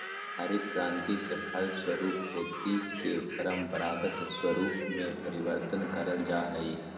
हरित क्रान्ति के फलस्वरूप खेती के परम्परागत स्वरूप में परिवर्तन करल जा हइ